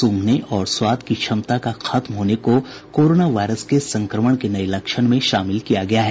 सूंघने और स्वाद की क्षमता का खत्म होने को कोरोना वायरस के संक्रमण के नए लक्षण में शामिल किया गया है